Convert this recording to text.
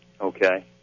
Okay